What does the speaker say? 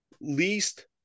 least